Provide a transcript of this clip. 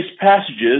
passages